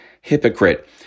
hypocrite